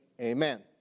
amen